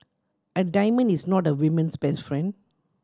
a diamond is not a women's best friend